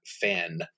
fan